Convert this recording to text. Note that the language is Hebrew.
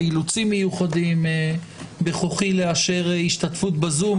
באילוצים מיוחדים בכוחי לאפשר השתתפות בזום,